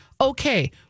Okay